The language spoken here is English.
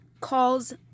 calls